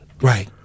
Right